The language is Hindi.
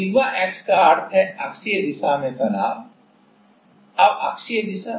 सिग्मा x का अर्थ है अक्षीय दिशा में तनाव अब अक्षीय दिशा